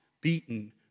beaten